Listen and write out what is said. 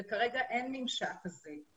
וכרגע אין ממשק כזה.